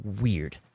weird